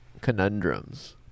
conundrums